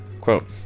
Quote